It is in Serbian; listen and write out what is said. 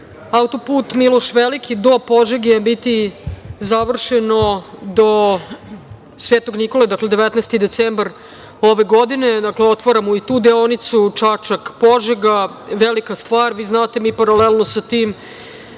Autoput Miloš Veliki do Požege biti završen do Svetog Nikole, 19. decembar ove godine. Otvaramo i tu deonicu Čačak – Požega. Velika stvar. Znate da paralelno sa tim